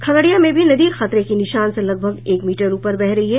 खगड़िया में भी नदी खतरे के निशान से लगभग एक मीटर ऊपर बह रही है